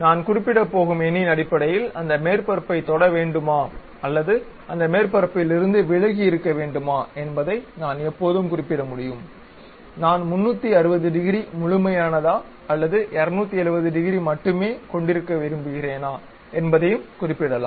நான் குறிப்பிடப் போகும் எண்ணின் அடிப்படையில் அந்த மேற்பரப்பைத் தொட வேண்டுமா அல்லது அந்த மேற்பரப்பில் இருந்து விலகி இருக்க வேண்டுமா என்பதை நான் எப்போதும் குறிப்பிட முடியும் நான் 360 டிகிரி முழுமையானதா அல்லது 270 டிகிரி மட்டுமே கொன்டிருக்க விரும்புகிறேனா என்பதையும் குறிப்பிடலாம்